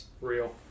Real